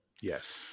Yes